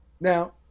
Now